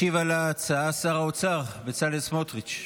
ישיב על ההצעה שר האוצר בצלאל סמוטריץ'.